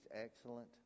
excellent